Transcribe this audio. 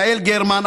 יעל גרמן,